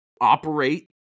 operate